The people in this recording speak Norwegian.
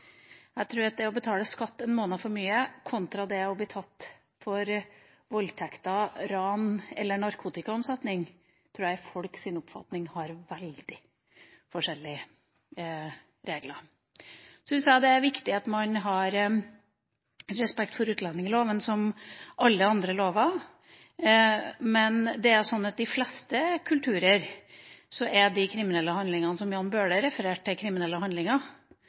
Jeg tror at det å betale skatt en måned for mye kontra det å bli tatt for voldtekter, ran eller narkotikaomsetning etter folks oppfatning har veldig forskjellige regler. Jeg syns det er viktig at man har respekt for utlendingsloven – som for alle andre lover. I de fleste kulturer er de kriminelle handlingene som Jan Bøhler refererte til, kriminelle handlinger,